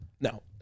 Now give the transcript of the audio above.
no